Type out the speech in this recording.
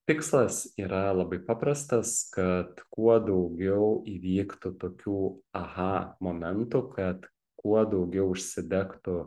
tikslas yra labai paprastas kad kuo daugiau įvyktų tokių aha momentų kad kuo daugiau užsidegtų